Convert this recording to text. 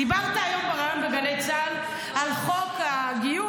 --- דיברת היום בריאיון בגלי צה"ל על חוק הגיוס,